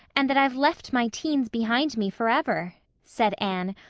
and that i've left my teens behind me forever, said anne,